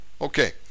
Okay